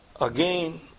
Again